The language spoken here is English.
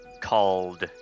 called